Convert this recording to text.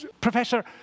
Professor